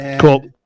Cool